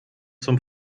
zum